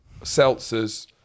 seltzers